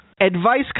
Advice